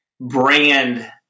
brand